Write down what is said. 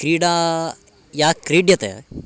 क्रीडा या क्रीड्यते